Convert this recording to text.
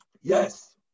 Yes